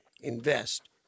invest